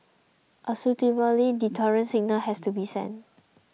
a suitably deterrent signal has to be sent